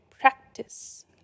practice